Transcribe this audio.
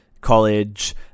college